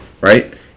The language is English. right